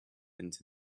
into